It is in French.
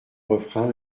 refrain